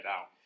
out